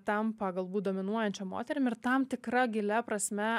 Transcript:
tampa galbūt dominuojančia moterimi ir tam tikra gilia prasme